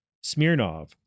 Smirnov